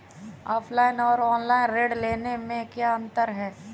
Offline और online ऋण लेने में क्या अंतर है?